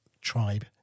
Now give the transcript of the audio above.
tribe